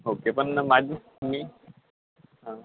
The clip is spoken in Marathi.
ओके पण माझी मी हां